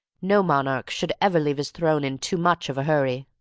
no monarch should ever leave his throne in too much of a hurry.